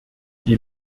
die